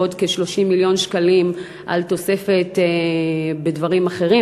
ועוד כ-30 מיליון שקלים לתוספת בדברים אחרים,